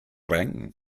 ring